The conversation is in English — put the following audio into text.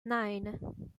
nine